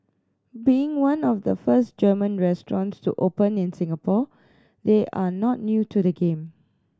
being one of the first German restaurants to open in Singapore they are not new to the game